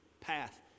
path